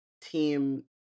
team